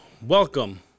Welcome